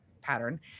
pattern